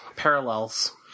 parallels